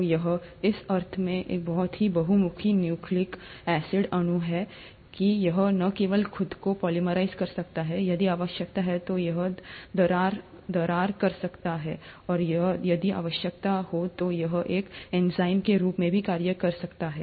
तो यह इस अर्थ में एक बहुत ही बहुमुखी न्यूक्लिक एसिड अणु है कि यह न केवल खुद को पोलीमराइज़ कर सकता है यदि आवश्यकता हो तो यह दरार कर सकता है और यदि आवश्यकता हो तो यह एक एंजाइम के रूप में भी कार्य कर सकता है